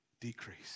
decrease